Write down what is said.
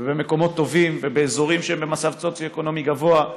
במקומות טובים ובאזורים שהם במצב סוציו-אקונומי גבוה,